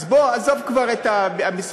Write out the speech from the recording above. אז עזוב כבר את המשחק,